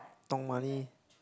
money